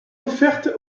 offerte